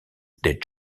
des